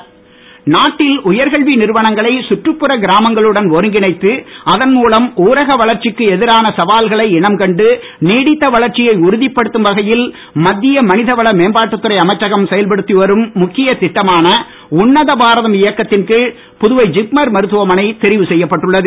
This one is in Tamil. ஜிப்மர் நாட்டின் உயர்கல்வி நிறுவனங்களை சுற்றுப்புற கிராமங்களுடன் ஒருங்கிணைத்து அதன் மூலம் ஊரக வளர்ச்சிக்கு எதிரான சவால்களை இனம் கண்டு நீடித்த வளர்ச்சியை உறுதிப்படுத்தும் வகையில் மத்திய மனிதவள மேம்பாட்டுத் துறை அமைச்சகம் செயல்படுத்தி வரும் முக்கிய திட்டமான உன்னத பாரதம் இயக்கத்தின் கீழ் புதுவை ஜிப்மர் மருத்துவமனை தெரிவு செய்யப்பட்டுள்ளது